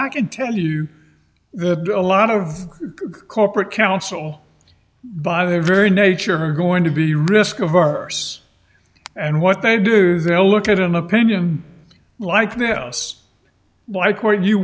i can tell you the a lot of corporate counsel by their very nature who are going to be risk averse and what they do is they'll look at an opinion like this like or you